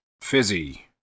Fizzy